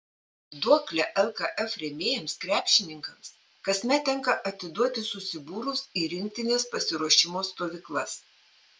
duoklę lkf rėmėjams krepšininkams kasmet tenka atiduoti susibūrus į rinktinės pasiruošimo stovyklas